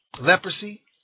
leprosy